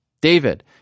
David